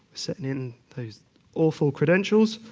setting in those awful credentials.